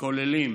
וכוללים